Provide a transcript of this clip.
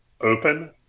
open